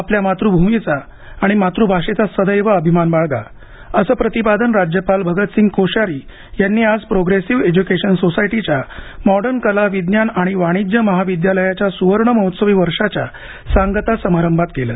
आपल्या मातृभूमीचा आणि मातृभाषेचा सदैव अभिमान बाळगा असं प्रतिपादन राज्यपाल भगतसिंग कोश्यारी यांनी आज प्रोग्रेसिव्ह एज्युकेशन सोसायटीच्या मॉडर्न कला विज्ञान आणि वाणिज्य महाविद्यालयाच्या सुवर्णमहोत्सवी वर्षाच्या सांगता समारंभात केलं